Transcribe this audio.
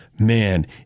Man